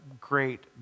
great